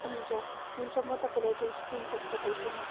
हुन्छ हुन्छ म तपाईँलाई त्यो स्क्रिनसट पठाउँछु नि